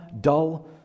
dull